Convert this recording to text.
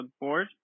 board